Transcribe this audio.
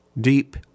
deep